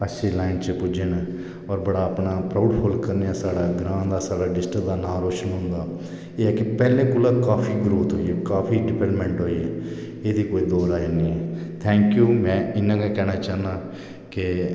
अच्छे लाइन बिच पुज्जे ना और बड़ाअपना प्राउड करने हा साढ़े ग्रां दा साढ़े डिस्ट्रिक्ट दा नां रोशन होंदा एह् है कि पैहलें कोला काफी ग्राउथ होई ऐ काफी डिबेल्पमेंट होई ऐ एहदी कोई दो राए नेईं ऐ थेंक्यू में इन्ना गै कहना चाहन्नां के